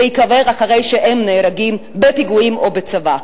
להיקבר אחרי שהם נהרגים בפיגועים או בצבא.